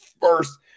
first